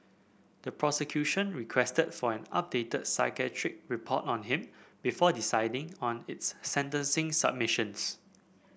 the prosecution requested for an updated psychiatric report on him before deciding on its sentencing submissions